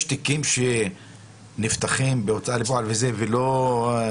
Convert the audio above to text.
יש תיקים שנפתחים בהוצאה לפועל או שזה אוטומטי?